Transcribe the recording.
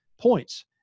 points